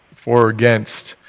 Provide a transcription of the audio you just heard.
for or against,